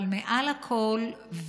אבל מעל הכול,